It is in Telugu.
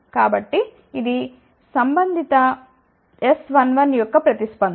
కాబట్టి ఇది సంబంధిత S11 యొక్క ప్రతిస్పందన